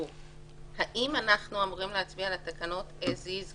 האם אנחנו אמורים להצביע על התקנות כפי שהן,